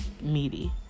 meaty